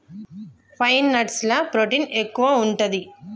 pine nuts ల protein ఎక్కువు ఉంటది